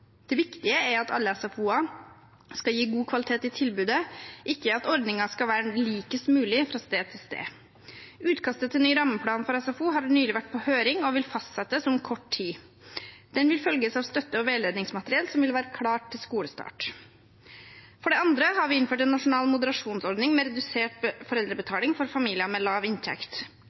Det viktige er at alle SFO-er skal gi god kvalitet i tilbudet, ikke at ordningen skal være likest mulig fra sted til sted. Utkastet til ny rammeplan for SFO har nylig vært på høring og vil fastsettes om kort tid. Den vil følges av støtte- og veiledningsmateriell, som vil være klart til skolestart. For det andre har vi innført en nasjonal moderasjonsordning med redusert foreldrebetaling for familier med lav inntekt.